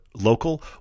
local